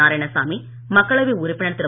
நாராயணசாமி மக்களவை உறுப்பினர் திரு